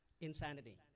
insanity